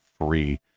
free